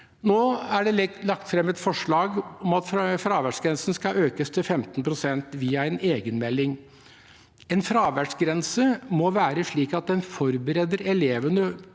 Nå er det lagt fram et forslag om at fraværsgrensen skal økes til 15 pst., via en egenmelding. En fraværsgrense må være slik at den forbereder elevene